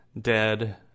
dead